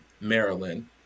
Maryland